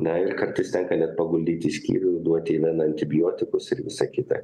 na ir kartais tenka net paguldyti skyrių duoti į veną antibiotikus ir visa kita